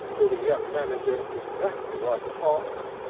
with a young manager exactly like a fox,